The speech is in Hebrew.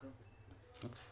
מכבי שירותי בריאות,